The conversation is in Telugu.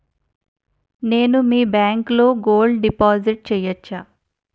నేను మీ బ్యాంకులో గోల్డ్ డిపాజిట్ చేయవచ్చా?